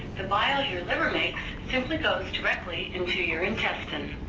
the bile your simply goes directly into your intestine.